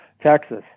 texas